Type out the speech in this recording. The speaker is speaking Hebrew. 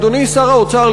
אדוני שר האוצר,